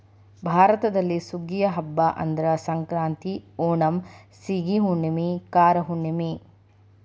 ಭಾರತದಲ್ಲಿ ಸುಗ್ಗಿಯ ಹಬ್ಬಾ ಅಂದ್ರ ಸಂಕ್ರಾಂತಿ, ಓಣಂ, ಸೇಗಿ ಹುಣ್ಣುಮೆ, ಕಾರ ಹುಣ್ಣುಮೆ